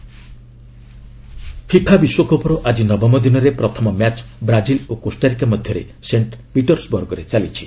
FIFA FIFA ବିଶ୍ୱକପ୍ର ଆଜି ନବମ ଦିନରେ ପ୍ରଥମ ମ୍ୟାଚ୍ ବ୍ରାଜିଲ୍ ଓ କୋଷ୍ଟାରିକ ମଧ୍ୟରେ ସେଣ୍ଟ ପିଟର୍ସବର୍ଗରେ ଚାଲିଛି